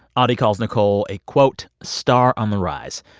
audie calls nicole a, quote, star on the rise.